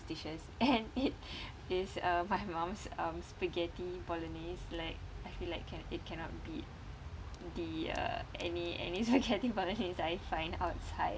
dishes and it is uh my mum's um spaghetti bolognese like I feel like can it cannot beat the uh any any spaghetti bolognese I find outside